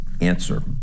Answer